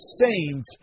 saint